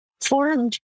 formed